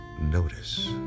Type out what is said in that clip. notice